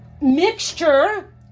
mixture